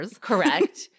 Correct